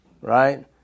right